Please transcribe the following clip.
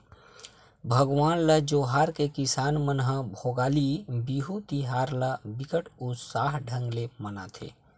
भगवान ल जोहार के किसान मन ह भोगाली बिहू तिहार ल बिकट उत्साह ढंग ले मनाथे